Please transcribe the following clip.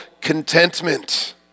contentment